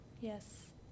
Yes